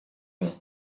way